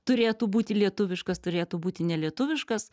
turėtų būti lietuviškas turėtų būti nelietuviškas